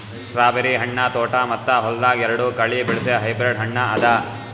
strawberry ಹಣ್ಣ ತೋಟ ಮತ್ತ ಹೊಲ್ದಾಗ್ ಎರಡು ಕಡಿ ಬೆಳಸ್ ಹೈಬ್ರಿಡ್ ಹಣ್ಣ ಅದಾ